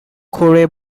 corey